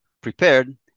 prepared